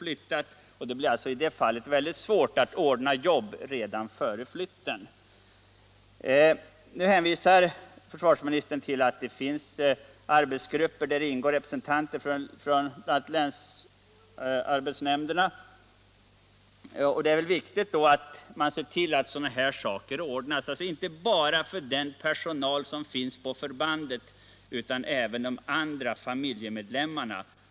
I ett sådant fall blir det mycket svårt att ordna jobb redan före flyttningen. Nu hänvisar försvarsministern till att det finns arbetsgrupper där det ingår representanter från bl.a. länsarbetsnämnderna. Det är viktigt att då se till att dessa förhållanden kan ordnas — inte bara för den personal som finns på förbandet utan även för de andra familjemedlemmarna.